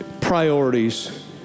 priorities